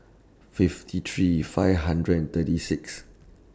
fifty three five hundred and thirty six